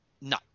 No